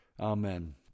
Amen